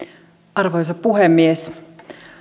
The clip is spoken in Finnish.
arvoisa puhemies